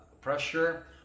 pressure